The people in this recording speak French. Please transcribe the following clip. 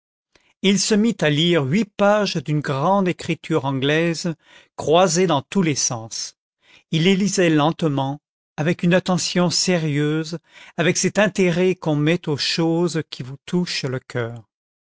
il se mit à lire huit pages d'une grande écriture anglaise croisée dans tous les sens il les lisait lentement avec une attention sérieuse avec cet intérêt qu'on met aux choses qui vous touchent le coeur